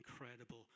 incredible